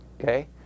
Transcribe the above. okay